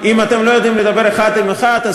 אם אתם לא יודעים לדבר אחד עם אחד,